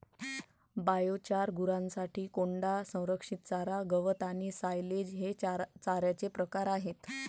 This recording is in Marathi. बायोचार, गुरांसाठी कोंडा, संरक्षित चारा, गवत आणि सायलेज हे चाऱ्याचे प्रकार आहेत